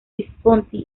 visconti